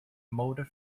moulded